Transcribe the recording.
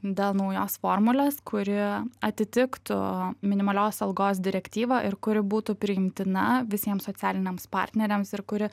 dėl naujos formulės kuri atitiktų minimalios algos direktyvą ir kuri būtų priimtina visiems socialiniams partneriams ir kuri